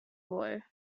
boy